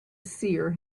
seer